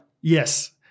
Yes